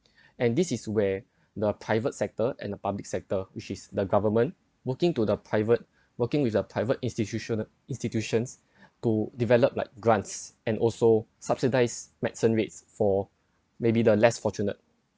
and this is where the private sector and the public sector which is the government working to the private working with a private institution institutions to develop like grants and also subsidise medicine rates for maybe the less fortunate